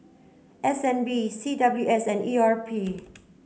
S N B C W S and E R P